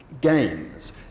games